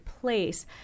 place